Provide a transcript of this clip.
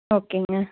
ஓகேங்க